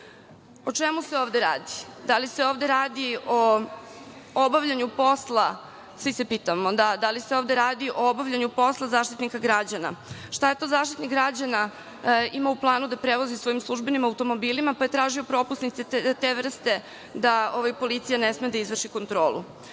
čemu se ovde radi? Da li se ovde radi o obavljanju posla Zaštitnika građana? Šta je to Zaštitnik građana imao u planu da prevozi svojim službenim automobilima pa je tražio propusnice te vrste da policija ne sme da izvrši kontrolu? Tu